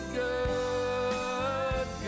good